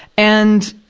and,